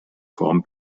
form